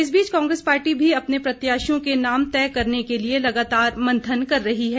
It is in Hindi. इस बीच कांग्रेस पार्टी भी अपने प्रत्याशियों के नाम तय करने के लिए लगातार मंथन कर रही है